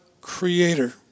Creator